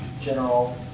general